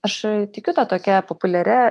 aš tikiu ta tokia populiaria